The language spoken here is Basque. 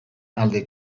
alde